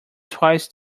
twice